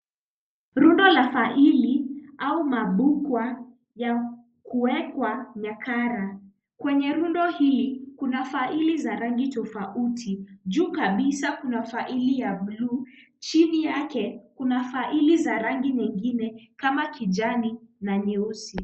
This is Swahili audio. Rundo la faili au mabukwa ya kuwekwa nakala. Kwenye rundo hili kuna faili za rangi tofauti tofauti. Juu kabisa kuna faili ya buluu, chini yake kuna faili za rangi nyingi kama kijani na nyeusi.